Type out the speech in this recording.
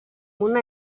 una